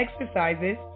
Exercises